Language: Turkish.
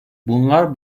bunlar